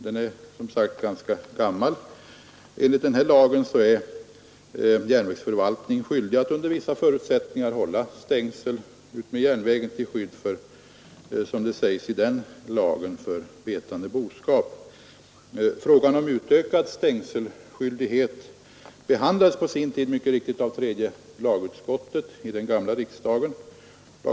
Den är ganska gammal. Enligt denna är järnvägsförvaltningen skyldig att under vissa förutsättningar hålla stängsel utmed järnvägen till skydd — som det säges i den lagen — för betande boskap. Frågan om utökad stängselskyldighet behandlades på sin tid mycket riktigt av tredje lagutskottet i den gamla riksdagen.